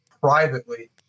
privately